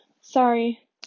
sorry